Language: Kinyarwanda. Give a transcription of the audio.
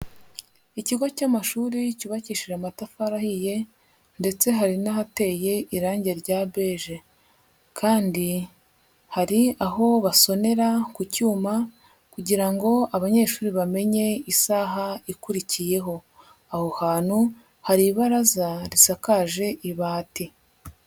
Ikigo cy'amashuri cyubakishije amatafari ahiye, ndetse hari n'ahateye irangi rya beje, kandi hari aho basonera ku cyuma kugira ngo abanyeshuri bamenye isaha ikurikiyeho, aho hantu hari ibaraza risakaje ibati.